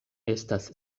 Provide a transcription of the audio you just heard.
estas